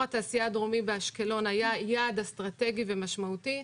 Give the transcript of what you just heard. התעשייה הדרומי באשקלון היה יעד אסטרטגי ומשמעותי.